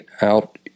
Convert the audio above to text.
out